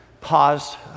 paused